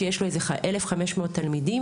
שיש בו איזה אלף חמש מאות תלמידים.